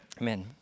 amen